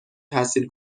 تاثیر